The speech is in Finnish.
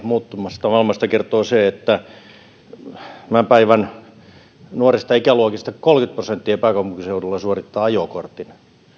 muuttuvasta maailmasta kertoo se että pääkaupunkiseudulla tämän päivän nuorista ikäluokista kolmekymmentä prosenttia suorittaa ajokortin